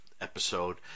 episode